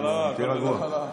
תהיה רגוע.